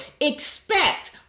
expect